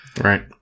Right